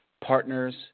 partners